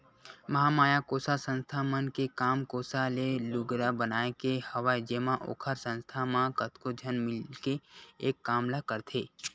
महामाया कोसा संस्था मन के काम कोसा ले लुगरा बनाए के हवय जेमा ओखर संस्था म कतको झन मिलके एक काम ल करथे